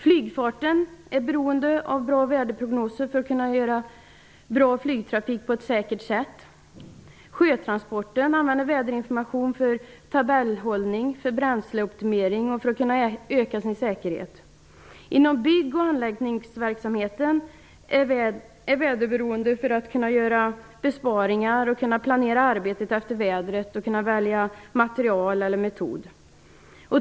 Flygfarten är beroende av bra väderprognoser för att kunna köra flygtrafik på ett säkert sätt. Sjötransporterna använder väderinformation för tabellhållning, för bränsleoptimering och för att kunna öka säkerheten. Inom bygg och anläggningsverksamheten är man väderberoende för att kunna göra besparingar, planera arbetet efter vädret och välja material eller metod.